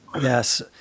Yes